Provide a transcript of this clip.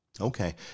okay